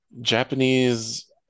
Japanese